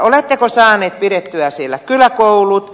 oletteko saaneet pidettyä siellä kyläkoulut